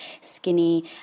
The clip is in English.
skinny